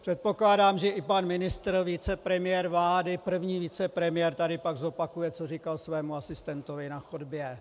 Předpokládám, že i pan ministr, vicepremiér vlády, první vicepremiér, tady pak zopakuje, co říkal svému asistentovi na chodbě.